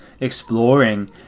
exploring